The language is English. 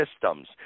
systems